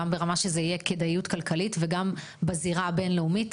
גם ברמה שזה יהיה כדאיות כלכלית וגם בזירה הבינלאומית.